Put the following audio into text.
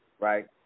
right